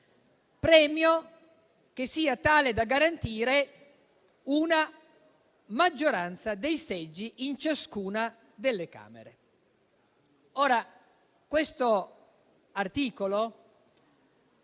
che sia tale da garantire una maggioranza dei seggi in ciascuna delle Camere.